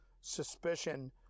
suspicion